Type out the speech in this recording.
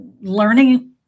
learning